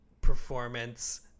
performance